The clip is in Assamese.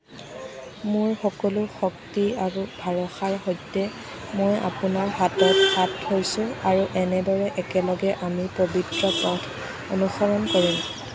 মোৰ সকলো শক্তি আৰু ভাৰসাৰ সৈতে মই আপোনাৰ হাতত হাত থৈছোঁ আৰু এনেদৰে একেলগে আমি পৱিত্ৰ পথ অনুসৰণ কৰিম